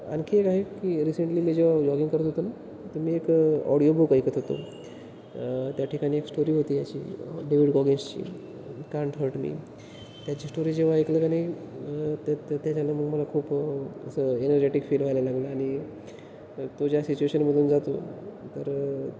आणखी एक आहे की रिसेंटली मी जेव्हा जॉगिंग करत होतो ना त मी एक ऑडिओ बुक ऐकत होतो त्या ठिकाणी एक स्टोरी होती याची डेविड गॉगेन्सची कांट हर्ट मी त्याची स्टोरी जेव्हा ऐकलं का नाही त्या त्याच्यानं मग मला खूप असं एनर्जेटिक फील व्हायला लागला आणि तो ज्या सिच्युएशनमधून जातो तर